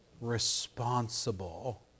responsible